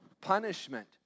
punishment